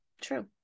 true